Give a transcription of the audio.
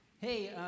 hey